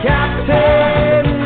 Captain